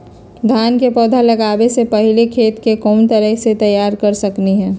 धान के पौधा लगाबे से पहिले खेत के कोन तरह से तैयार कर सकली ह?